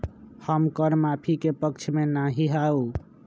हम कर माफी के पक्ष में ना ही याउ